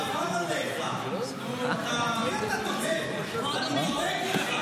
חבר הכנסת ואטורי, חבל עליך, באמת, אני דואג לך.